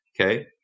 Okay